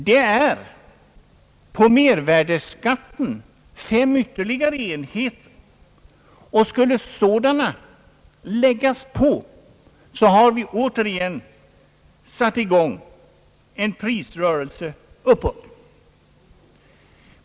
Det motsvarar ytterligare fem enheter på mervärdeskatten, och om de skulle läggas på mervärdeskatten har vi återigen satt i gång en prisrörelse uppåt.